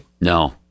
No